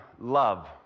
love